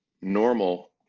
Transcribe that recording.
normal